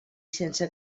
sense